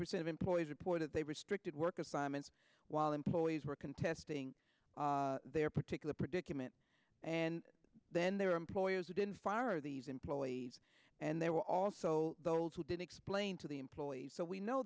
percent of employees report that they restricted work assignments while employees were contesting their particular predicament and then their employers didn't fire these employees and there were also those who did explain to the employees so we know